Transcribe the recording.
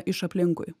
iš aplinkui